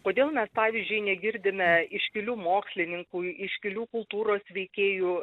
kodėl mes pavyzdžiui negirdime iškilių mokslininkų iškilių kultūros veikėjų